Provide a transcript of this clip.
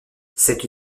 cette